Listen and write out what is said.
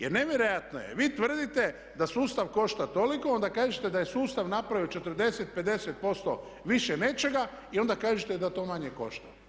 Jer nevjerojatno je, vi tvrdite da sustav košta toliko, onda kažete da je sustav napravio 40, 50% više nečega i onda kažete da to manje košta.